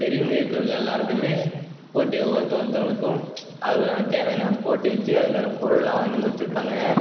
பெரியவங்க இருக்குற எல்லாருக்குமே போட்டி ஒருத்த ஒருத்தவங்களுக்கும் அதுக்கான தேவையான போட்டி வச்சு அதுக்கான பொருள்லாம் வாங்கிட்டு வந்து வச்சிருப்பாங்க